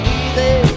easy